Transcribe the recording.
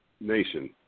nation